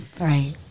Right